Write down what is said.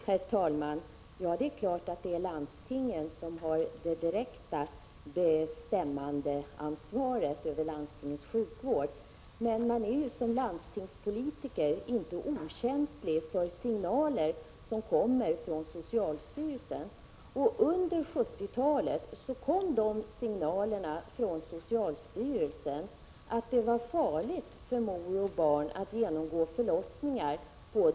Herr talman! Ja, det är klart att det är landstingen som har den direkta bestämmanderätten över och därmed ansvaret för landstingens sjukvård. Men man är ju som landstingspolitiker inte okänslig för signaler från socialstyrelsen. Under 1970-talet kom de signalerna från socialstyrelsen att förlossningar på de mindre enheterna var farliga för mor och barn.